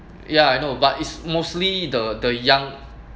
ya I know but it's mostly the the young